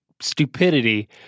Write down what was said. stupidity